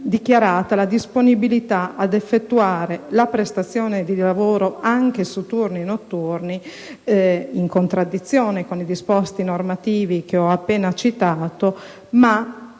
dichiarata la disponibilità ad effettuare la prestazione di lavoro anche su turni notturni, in contraddizione con i disposti normativi che ho appena citato, ma